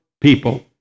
people